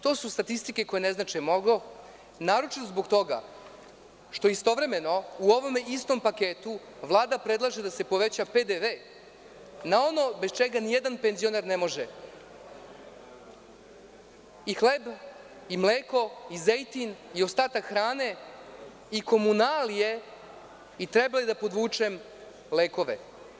To su statistike koje ne znače mnogo, a naročito zbog toga što istovremeno u ovom istom paketu Vlada predlaže da se poveća PDV na ono bez čega ni jedan penzioner ne može – hleb, mleko, zejtin i ostatak hrane, komunalije, treba li da podvučem, lekovi.